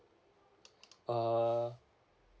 uh